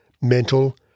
mental